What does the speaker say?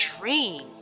dream